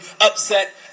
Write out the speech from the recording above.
upset